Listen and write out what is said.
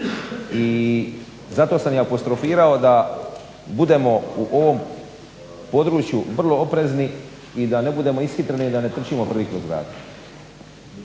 i zato sam apostrofirao da budemo u ovom području vrlo oprezni i da ne budemo ishitreni i da ne trčimo prvi kroz vrata.